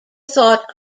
thought